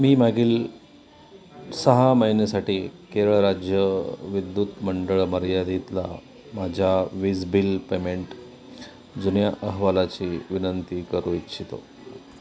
मी मागील सहा महिन्यासाठी केरळ राज्य विद्युत मंडळ मर्यादीतला माझ्या वीज बिल पेमेंट जुन्या अहवालाची विनंती करू इच्छितो